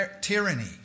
tyranny